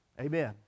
Amen